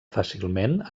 fàcilment